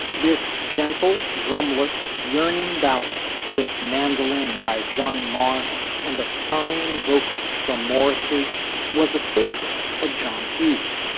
this gentle dreamless yearning ballad with mandolin by johnny marr and a sighing vocal from morrissey was a favorite of john hughes.